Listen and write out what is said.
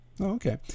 Okay